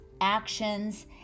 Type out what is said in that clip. actions